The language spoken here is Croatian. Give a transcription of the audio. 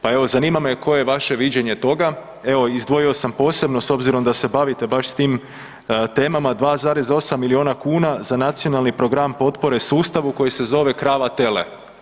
Pa evo zanima me koje je vaše viđenje toga, evo izdvojio sam posebno s obzirom da se bavite baš s tim temama 2,8 miliona kuna za nacionalni program potpore sustavu koji se zove Krava tele.